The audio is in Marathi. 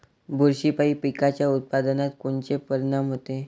बुरशीपायी पिकाच्या उत्पादनात कोनचे परीनाम होते?